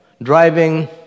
driving